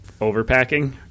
Overpacking